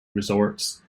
resorts